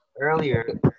earlier